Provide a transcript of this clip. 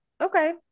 okay